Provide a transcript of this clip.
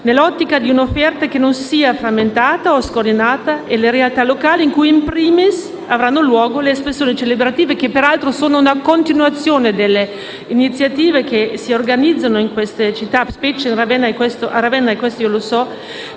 nell'ottica di un'offerta che non sia frammentata o scoordinata, e le realtà locali in cui, *in primis*, avranno luogo le espressioni celebrative, che peraltro sono una continuazione delle iniziative che si organizzano in queste città, a Ravenna in particolar modo,